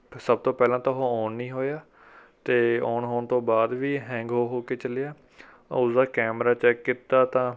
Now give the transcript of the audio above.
ਸਭ ਤੋਂ ਪਹਿਲਾਂ ਤਾਂ ਉਹ ਅੋਨ ਨਹੀਂ ਹੋਇਆ ਅਤੇ ਅੋਨ ਹੋਣ ਤੋਂ ਬਾਅਦ ਵੀ ਹੈਂਗ ਹੋ ਹੋ ਕੇ ਚੱਲਿਆ ਉਸਦਾ ਕੈਮਰਾ ਚੈੱਕ ਕੀਤਾ ਤਾਂ